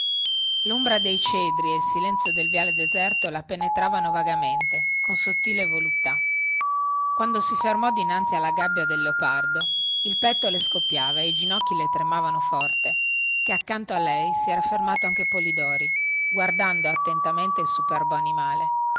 lombra dei cedri e il silenzio del viale deserto la penetravano vagamente con sottile voluttà quando si fermò dinanzi alla gabbia del leopardo il petto le scoppiava e i ginocchi le tremavano forte chè accanto a lei si era fermato anche polidori guardando attentamente il superbo animale